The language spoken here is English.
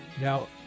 Now